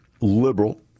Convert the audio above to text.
liberal